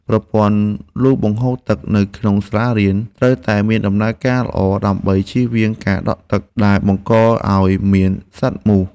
ប្រព័ន្ធលូបង្ហូរទឹកនៅក្នុងសាលារៀនត្រូវតែមានដំណើរការល្អដើម្បីជៀសវាងការដក់ទឹកដែលបង្កឱ្យមានសត្វមូស។